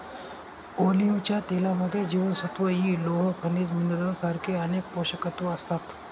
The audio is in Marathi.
ऑलिव्हच्या तेलामध्ये जीवनसत्व इ, लोह, खनिज मिनरल सारखे अनेक पोषकतत्व असतात